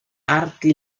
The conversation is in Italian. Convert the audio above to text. arti